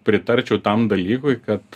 pritarčiau tam dalykui kad